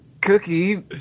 cookie